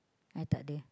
I tak ada